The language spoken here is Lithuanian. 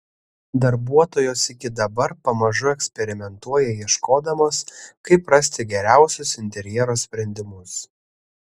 darbuotojos iki dabar pamažu eksperimentuoja ieškodamos kaip rasti geriausius interjero sprendimus